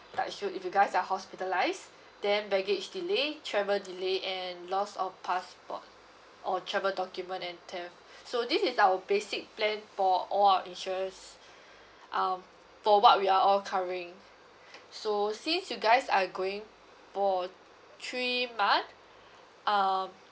touch wood if you guys are hospitalised then baggage delay travel delay and loss of passport or travel document and theft so this is our basic plan for all our insurance um for what we are all covering so since you guys are going for three month um